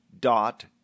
dot